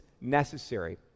necessary